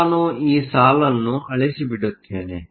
ನಾನು ಈ ಸಾಲನ್ನು ಅಳಿಸಿಬಿಡುತ್ತೇನೆ